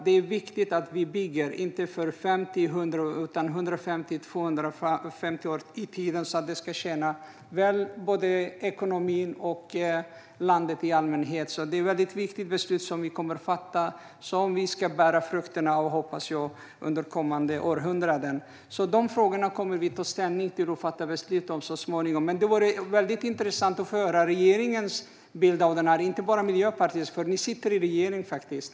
Det är viktigt att vi bygger, inte för 50-100 år utan för 150-250 år fram i tiden så att det väl ska tjäna både ekonomin och landet i allmänhet. Det är ett väldigt viktigt beslut som vi kommer att fatta, och jag hoppas att man kommer att skörda frukterna av det under kommande århundraden. Dessa frågor kommer vi att ta ställning till och fatta beslut om så småningom. Det vore intressant att få höra regeringens bild av detta, inte bara Miljöpartiets bild. Ni sitter faktiskt i regering.